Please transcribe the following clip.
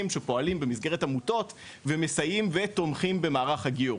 שפועלים במסגרת עמותות ומסייעים ותומכים במערך הגיור.